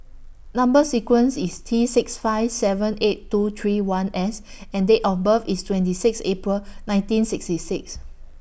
Number sequence IS T six five seven eight two three one S and Date of birth IS twenty six April nineteen sixty six